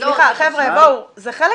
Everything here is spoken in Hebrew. זה חלק